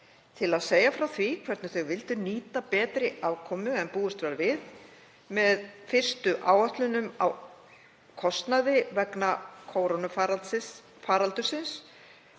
til að segja frá því hvernig hún vildi nýta betri afkomu en búist var við, með fyrstu áætlunum um kostnað vegna kórónuveirufaraldursins,